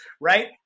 right